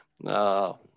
No